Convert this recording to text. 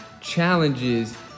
challenges